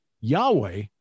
yahweh